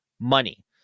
money